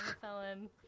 felon